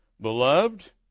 Beloved